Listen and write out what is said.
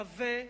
עבה,